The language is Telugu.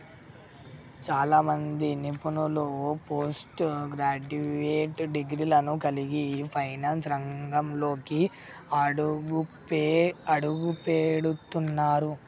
చాలా మంది నిపుణులు పోస్ట్ గ్రాడ్యుయేట్ డిగ్రీలను కలిగి ఫైనాన్స్ రంగంలోకి అడుగుపెడుతున్నరు